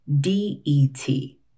D-E-T